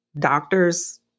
doctors